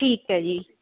ਠੀਕ ਹੈ ਜੀ